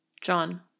John